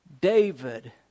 David